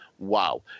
wow